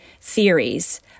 theories